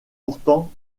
pourtant